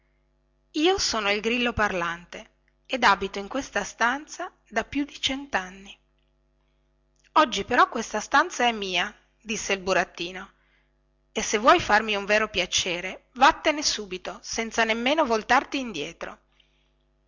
io sono il grillo parlante ed abito in questa stanza da più di centanni oggi però questa stanza è mia disse il burattino e se vuoi farmi un vero piacere vattene subito senza nemmeno voltarti indietro